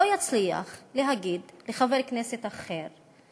לא יצליח להגיד לחבר כנסת אחר,